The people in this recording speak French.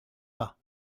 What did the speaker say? pas